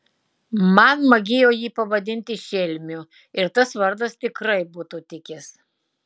man magėjo jį pavadinti šelmiu ir tas vardas tikrai būtų tikęs